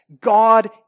God